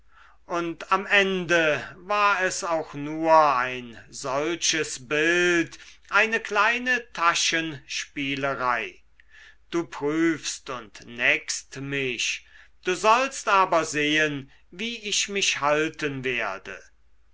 und am ende war es auch nur ein solches bild eine kleine taschenspielerei du prüfst und neckst mich du sollst aber sehen wie ich mich halten werde